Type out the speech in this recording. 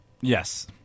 Yes